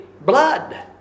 blood